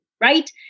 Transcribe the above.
right